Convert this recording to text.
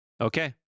Okay